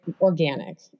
organic